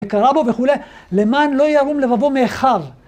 קרא בו וכולי, למען לא ירום לבבו מאחיו.